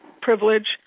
privilege